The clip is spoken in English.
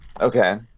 Okay